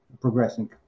progressing